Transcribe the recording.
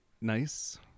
nice